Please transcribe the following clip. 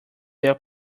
their